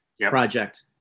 project